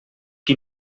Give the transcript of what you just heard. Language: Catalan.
qui